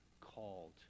called